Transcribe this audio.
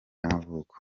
y’amavuko